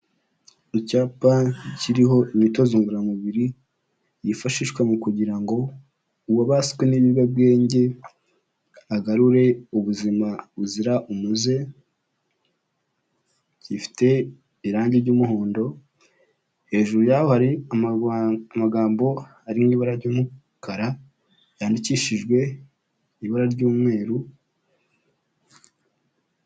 Icyapa kiriho imyitozo ngororamubiri yifashishwa mu kugira ngo uwabaswe n'ibiyobyabwenge agarure ubuzima buzira umuze, gifite irangi ry'umuhondo, hejuru yaho hari amagambo ari mu ibara ry'umukara yandikishijwe ibara ry'umweru.